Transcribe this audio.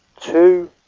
two